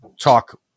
talk